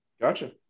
gotcha